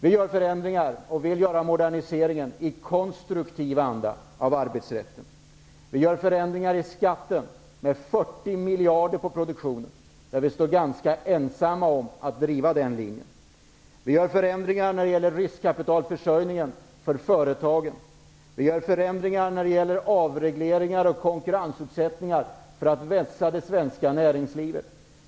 Vi gör förändringar och vill göra moderniseringar i arbetsrätten i konstruktiv anda. Vi gör förändringar i skatten med 40 miljarder på produktionen. Vi är ganska ensamma om att driva den linjen. Vi gör förändringar när det gäller riskkapitalförsörjningen för företagen. Vi gör förändringar när det gäller avregleringar och konkurrensförutsättningar för att vässa det svenska näringslivet.